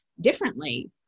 differently